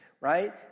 right